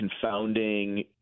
confounding